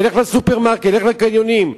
לך לסופרמרקט ולך לקניונים,